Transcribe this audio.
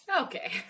Okay